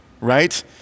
right